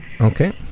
okay